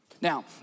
Now